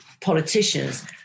politicians